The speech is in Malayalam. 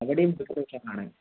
അവിടെയും കാണാൻ